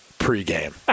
Pre-game